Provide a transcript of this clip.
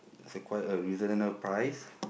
it's a quite a reasonable price